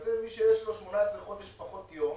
יוצא שלמי שיש לו 18 חודשים פחות יום